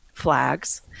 flags